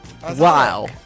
Wow